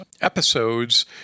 episodes